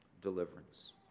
deliverance